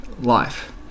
life